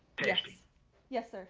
tasty yes, sir.